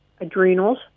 adrenals